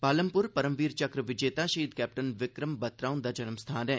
पालमपुर परमवीर चक्र विजेता शहीद कैप्टन विक्रम बत्तरा हुंदा जन्म स्थान ऐ